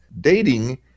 dating